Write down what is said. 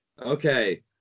Okay